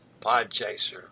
Podchaser